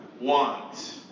want